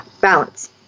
balance